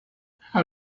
how